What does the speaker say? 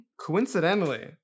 coincidentally